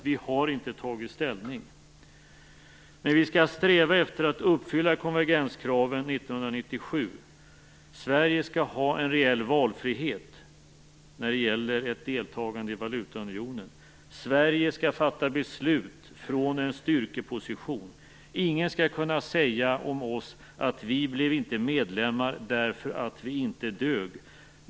Vi har inte tagit ställning. Men vi skall sträva efter att uppfylla konvergenskraven år 1997. Sverige skall ha en reell valfrihet när det gäller ett deltagande i valutaunionen. Sverige skall fatta beslut från en styrkeposition. Ingen skall kunna säga om oss att vi inte blev medlemmar därför att vi inte dög.